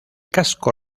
casco